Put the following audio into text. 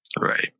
Right